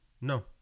No